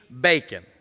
bacon